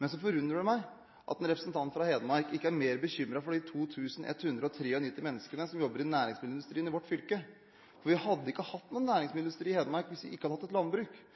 Det forundrer meg at en representant fra Hedmark ikke er mer bekymret for de 2 193 menneskene som jobber i næringsmiddelindustrien i vårt fylke. Vi hadde ikke hatt noen